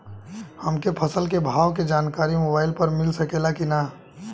हमके फसल के भाव के जानकारी मोबाइल पर मिल सकेला की ना?